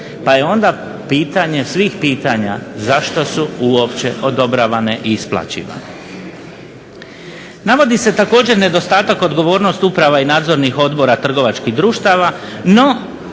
pa je onda pitanje svih pitanja zašto su uopće odobravane i isplaćivane. Navodi se također nedostatak odgovornost uprava i nadzornih odbora trgovačkih društava.